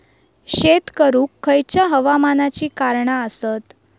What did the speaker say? शेत करुक खयच्या हवामानाची कारणा आसत?